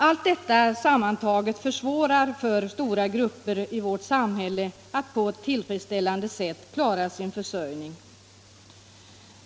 Allt detta sammantaget försvårar för stora grupper i vårt samhälle att på ett tillfredsställande sätt klara sin försörjning.